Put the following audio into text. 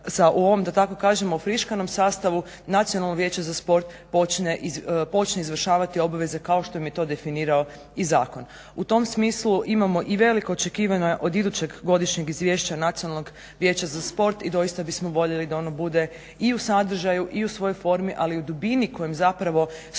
u ovom da tako kažemo friškom sastavku Nacionalnog vijeća za sport počne izvršavati obveze kao što im je to definirao i Zakon. U tom smislu imamo i veliko očekivanje od idućeg godišnjeg izvješća Nacionalnog vijeća za sport i doista bismo voljeli da ono bude i u sadržaju i u svojoj formi ali i u dubini kojim zapravo stručno